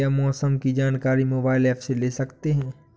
क्या मौसम की जानकारी मोबाइल ऐप से ले सकते हैं?